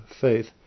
faith